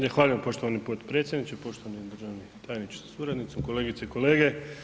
Zahvaljujem poštovani potpredsjedniče, poštovani državni tajniče sa suradnicom, kolegice i kolege.